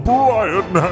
Brian